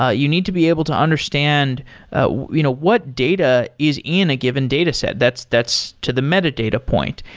ah you need to be able to understand ah you know what data is in a given dataset. that's that's to the metadata point.